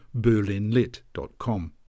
berlinlit.com